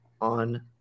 on